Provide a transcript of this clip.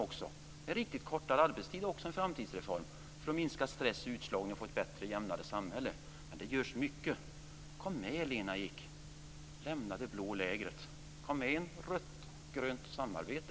Det är riktigt att kortare arbetstid också är en framtidsreform för att minska stress och utslagning och för att få ett bättre och jämnare samhälle. Men det görs mycket. Kom med, Lena Ek, lämna det blå lägret och kom med i ett rödgrönt samarbete!